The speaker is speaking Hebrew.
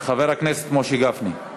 חבר הכנסת משה גפני,